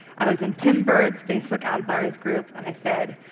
i was in tim byrd's facebook ad buyers group and i said,